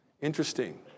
Interesting